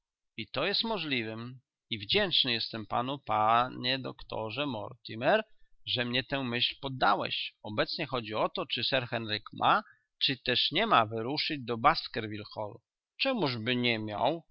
i to jest możliwem i wdzięczny jestem panu doktorze mortimer że mnie tę myśl poddałeś obecnie chodzi o to czy sir henryk ma czy też nie ma wyruszyć do baskerville hall czemużby nie miał